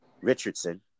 Richardson